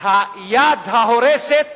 היד ההורסת